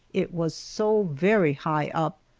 it was so very high up,